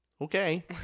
Okay